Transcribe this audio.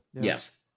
Yes